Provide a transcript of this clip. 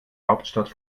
hauptstadt